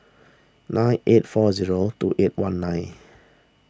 nine eight four zero two eight one nine